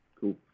Cool